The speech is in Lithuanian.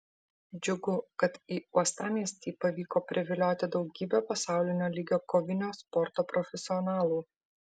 džiugu kad į uostamiestį pavyko privilioti daugybę pasaulinio lygio kovinio sporto profesionalų